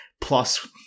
Plus